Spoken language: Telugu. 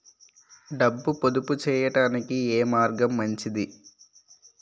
డబ్బు పొదుపు చేయటానికి ఏ మార్గం మంచిది?